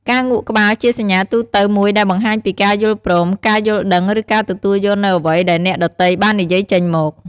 ការងក់ក្បាល ជាសញ្ញាទូទៅមួយដែលបង្ហាញពីការយល់ព្រម ការយល់ដឹង ឬការទទួលយកនូវអ្វីដែលអ្នកដទៃបាននិយាយចេញមក។